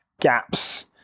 gaps